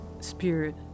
spirit